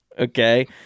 Okay